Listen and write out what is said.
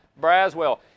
Braswell